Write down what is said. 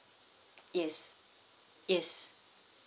yes yes